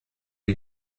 die